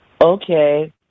Okay